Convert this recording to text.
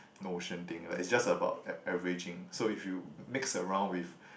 notion thing like is just about ave~ averaging so if you mix around with